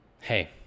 hey